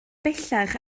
bellach